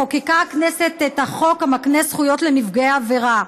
חוקקה הכנסת את החוק המקנה זכויות לנפגעי עבירה.